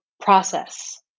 process